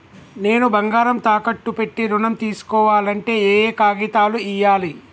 నేను బంగారం తాకట్టు పెట్టి ఋణం తీస్కోవాలంటే ఏయే కాగితాలు ఇయ్యాలి?